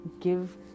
give